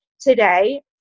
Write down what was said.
today